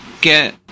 get